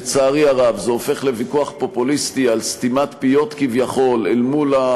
לצערי הרב זה הופך לוויכוח פופוליסטי על סתימת פיות כביכול אל מול,